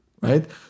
right